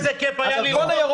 לא.